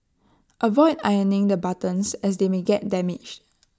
avoid ironing the buttons as they may get damaged